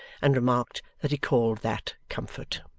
and remarked that he called that comfort.